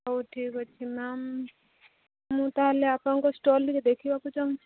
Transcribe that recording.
ହଉ ଠିକ୍ ଅଛି ମ୍ୟାମ୍ ମୁଁ ତା'ହେଲେ ଆପଣଙ୍କ ଷ୍ଟଲ୍ ଟିକେ ଦେଖିବାକୁ ଚାଁହୁଛି